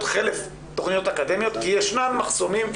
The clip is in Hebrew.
חלף תכניות אקדמיות כי ישנם מחסומים.